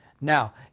Now